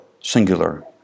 singular